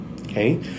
okay